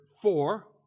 four